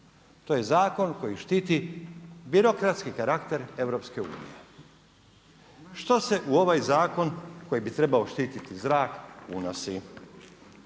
To je zakon koji štiti birokratski karakter EU. Što se u ovaj zakon koji bi trebao štiti zrak, unosi?